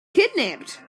kidnapped